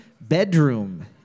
bedroom